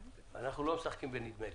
אנחנו לא משחקים בנדמה לי.